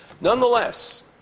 nonetheless